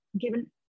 given